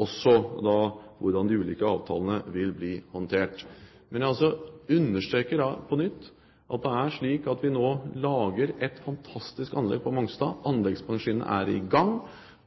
også hvordan de ulike avtalene vil bli håndtert. Jeg understreker på nytt at vi nå lager et fantastisk anlegg på Mongstad, anleggsmaskinene er i gang.